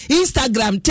instagram